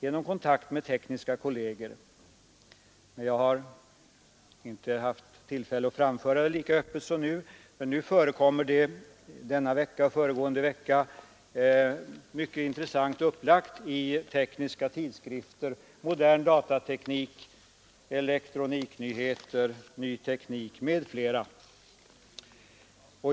Jag har tidigare inte haft tillfälle att framföra det lika öppet som nu, men det har denna vecka och föregående vecka förekommit en mycket intressant upplagd presentation härav i tekniska tidskrifter, nämligen Modern Datateknik, Elektroniknyheterna, Ny Teknik m.fl.